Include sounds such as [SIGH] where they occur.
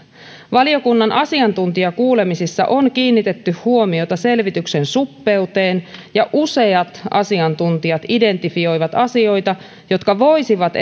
valiokunnan asiantuntijakuulemisissa on kiinnitetty huomiota selvityksen suppeuteen ja useat asiantuntijat identifioivat asioita jotka voisivat [UNINTELLIGIBLE]